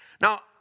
Now